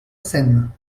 seine